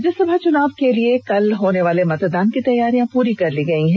राज्यसभा चुनाव के लिए कल होने वाले मदतान की तैयारी पूरी कर ली गई है